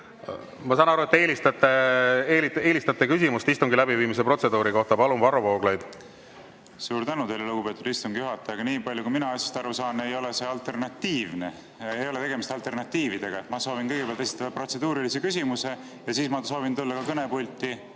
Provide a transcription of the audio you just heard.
Ma saan aru, et te eelistate küsimust istungi läbiviimise protseduuri kohta. Palun, Varro Vooglaid! Suur tänu teile, lugupeetud istungi juhataja! Nii palju kui mina asjast aru saan, ei ole see alternatiivne, ei ole tegemist alternatiividega. Ma soovin kõigepealt esitada protseduurilise küsimuse ja siis ma soovin tulla kõnepulti